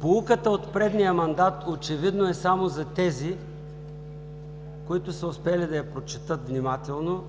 поуката от предния мандат очевидно е само за тези, които са успели да я прочетат внимателно.